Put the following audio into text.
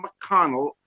McConnell